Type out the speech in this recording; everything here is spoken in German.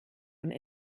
und